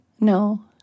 No